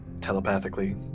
telepathically